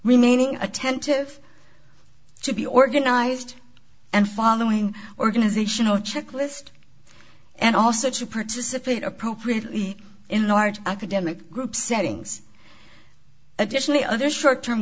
remaining attentive to be organized and following organizational checklist and also to participate appropriately in large academic group settings additionally other short term